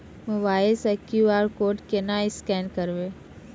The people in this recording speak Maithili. मोबाइल से क्यू.आर कोड केना स्कैन करबै?